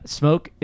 smoke